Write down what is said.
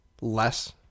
less